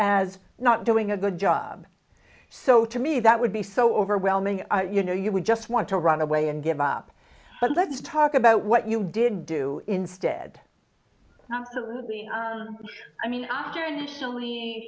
as not doing a good job so to me that would be so overwhelming you know you would just want to run away and give up but let's talk about what you did do instead not to lucy i mean after initially